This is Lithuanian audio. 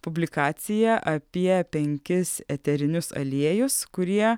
publikacija apie penkis eterinius aliejus kurie